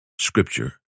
Scripture